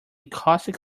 caustic